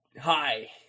Hi